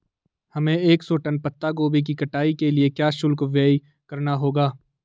हमें एक सौ टन पत्ता गोभी की कटाई के लिए क्या शुल्क व्यय करना होगा?